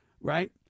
Right